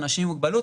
אנשים עם מוגבלות,